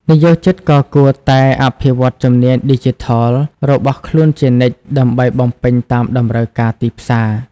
និយោជិតក៏គួរតែ អភិវឌ្ឍជំនាញឌីជីថល របស់ខ្លួនជានិច្ច ដើម្បីបំពេញតាមតម្រូវការទីផ្សារ។